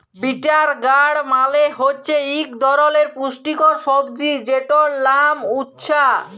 bitter গাড় মালে হছে ইক ধরলের পুষ্টিকর সবজি যেটর লাম উছ্যা